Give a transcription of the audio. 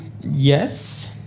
yes